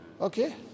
Okay